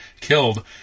killed